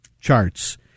charts